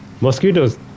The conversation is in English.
Mosquitoes